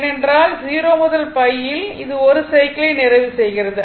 ஏனென்றால் 0 முதல் π இல் இது 1 சைக்கிளை நிறைவு செய்கிறது